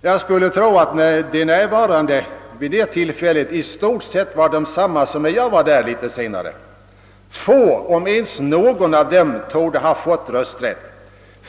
Jag skulle tro att de närvarande var i stort sett desamma som när jag var där något senare. Få om ens någon av dem torde ha fått rösträtt.